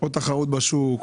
תחרות בשוק,